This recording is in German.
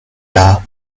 dar